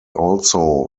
also